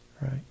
right